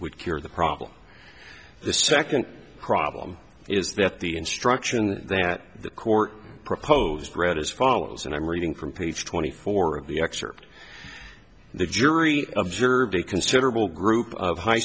would cure the problem the second problem is that the instruction that the court proposed read as follows and i'm reading from ph twenty four of the excerpt the jury observed a considerable group of high